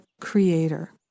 creator